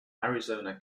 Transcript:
arizona